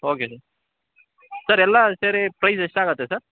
okay sir sir ಎಲ್ಲ ಸೇರಿ price ಎಷ್ಟಾಗತ್ತೆ ಸರ್